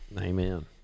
amen